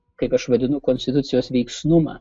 kaip aš vadinu konstitucijos veiksnumą